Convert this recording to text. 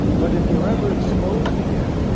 but if you're ever exposed again,